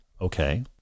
Okay